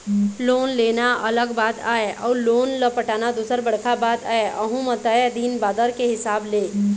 loan लेना अलग बात आय अउ लोन ल पटाना दूसर बड़का बात आय अहूँ म तय दिन बादर के हिसाब ले